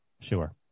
Sure